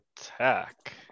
attack